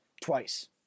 twice